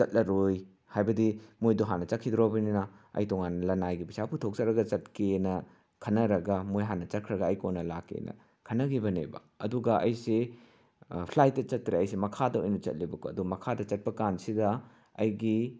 ꯆꯠꯂꯔꯣꯏ ꯍꯥꯏꯕꯗꯤ ꯃꯣꯏꯗꯣ ꯍꯥꯟꯅ ꯆꯠꯈꯤꯗ꯭ꯔꯣꯕꯅꯤꯅ ꯑꯩ ꯇꯣꯉꯥꯟꯅ ꯂꯅꯥꯏꯒꯤ ꯄꯩꯁꯥ ꯄꯨꯊꯣꯛꯆꯔꯒ ꯆꯠꯀꯦꯅ ꯈꯟꯅꯔꯒ ꯃꯣꯏ ꯍꯥꯟꯅ ꯆꯠꯈ꯭ꯔꯒ ꯑꯩ ꯀꯣꯟꯅ ꯂꯥꯛꯀꯦꯅ ꯈꯟꯅꯈꯤꯕꯅꯦꯕ ꯑꯗꯨꯒ ꯑꯩꯁꯤ ꯐ꯭ꯂꯥꯏꯠꯇ ꯆꯠꯇ꯭ꯔꯦ ꯑꯩꯁꯦ ꯃꯈꯥꯗ ꯑꯣꯏꯅ ꯆꯠꯂꯦꯕꯀꯣ ꯑꯗꯣ ꯃꯈꯥꯗ ꯆꯠꯄꯀꯥꯟꯁꯤꯗ ꯑꯩꯒꯤ